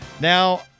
Now